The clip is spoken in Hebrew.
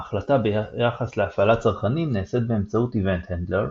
ההחלטה ביחס להפעלת צרכנים נעשית באמצעות Event Handler.